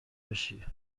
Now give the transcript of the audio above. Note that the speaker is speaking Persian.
بشی